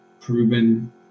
proven